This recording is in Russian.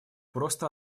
просто